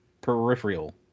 peripheral